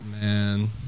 Man